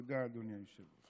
תודה, אדוני היושב-ראש.